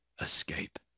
escape